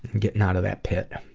getting out of that pit.